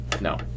no